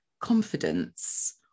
confidence